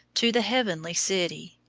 to the heavenly city,